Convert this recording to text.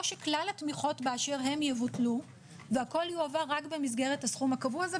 שכלל התמיכות באשר הם יבוטלו והכול יועבר רק במסגרת הסכום הקבוע הזה,